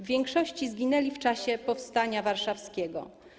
W większości zginęli w czasie powstania warszawskiego.